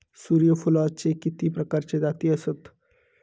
सूर्यफूलाचे किती प्रकारचे जाती आसत?